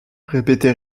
répétait